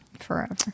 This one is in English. Forever